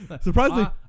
Surprisingly